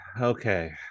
Okay